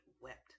wept